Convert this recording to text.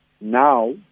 now